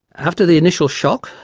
after the initial shock,